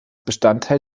bestandteil